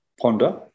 ponder